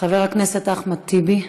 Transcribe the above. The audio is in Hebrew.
חבר הכנסת אחמד טיבי,